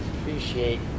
appreciate